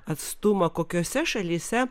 atstumą kokiose šalyse